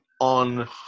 on